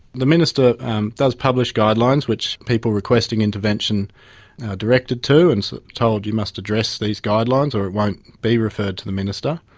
the minister does publish guidelines which people requesting intervention are directed to and so told you must address these guidelines or it won't be referred to the minister.